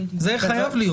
זה חייב להיות.